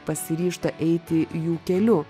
pasiryžta eiti jų keliu